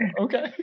okay